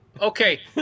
Okay